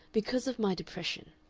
because of my depression.